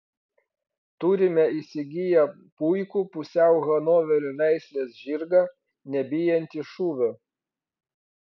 turime įsigiję puikų pusiau hanoverio veislės žirgą nebijantį šūvio